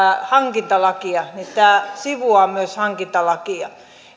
hankintalakia tämä sivuaa myös hankintalakia